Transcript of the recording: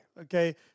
okay